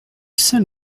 saint